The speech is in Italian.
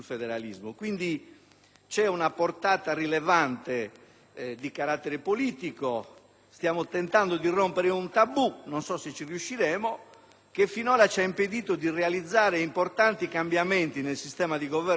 è una portata rilevante di carattere politico; stiamo tentando di rompere un tabù (non so se ci riusciremo) che finora ci ha impedito di realizzare importanti cambiamenti nel sistema di governo del Paese, di fare